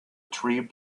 tree